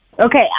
Okay